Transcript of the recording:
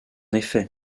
effet